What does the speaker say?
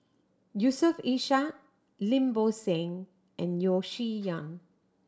Yusof Ishak Lim Bo Seng and Yeo Shih Yun